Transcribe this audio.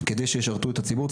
כדי שישרתו את הציבור.